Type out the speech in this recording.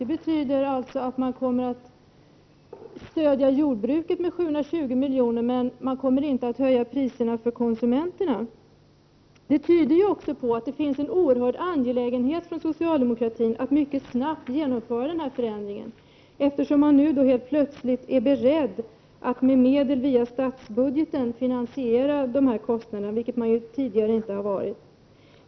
Det betyder att man kommer att stödja jordbruket med 720 milj.kr., men man kommer inte att höja priserna för konsumenterna. Detta tyder på att det finns en oerhörd angelägenhet från socialdemokraterna att mycket snabbt genomföra denna förändring. Man är ju nu beredd att med hjälp av medel från statsbudgeten finansiera kostnaderna — vilket man tidigare inte har varit.